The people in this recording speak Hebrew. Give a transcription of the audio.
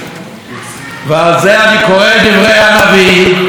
"והעלה על רוחכם היו לא תהיה".